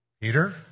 Peter